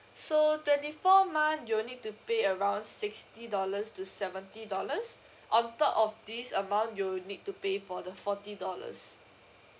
so twenty four month you will need to pay around sixty dollars to seventy dollars on top of this amount you will need to pay for the forty dollars